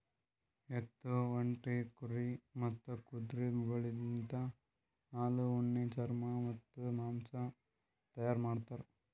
ಎತ್ತು, ಒಂಟಿ, ಕುರಿ ಮತ್ತ್ ಕುದುರೆಗೊಳಲಿಂತ್ ಹಾಲು, ಉಣ್ಣಿ, ಚರ್ಮ ಮತ್ತ್ ಮಾಂಸ ತೈಯಾರ್ ಮಾಡ್ತಾರ್